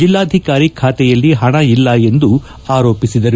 ಜಿಲ್ಲಾಧಿಕಾರಿ ಖಾತೆಯಲ್ಲಿ ಪಣ ಇಲ್ಲ ಎಂದು ಅವರು ಆರೋಪಿಸಿದರು